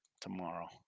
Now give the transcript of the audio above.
tomorrow